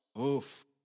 Oof